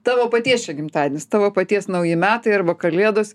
tavo paties čia gimtadienis tavo paties nauji metai arba kalėdos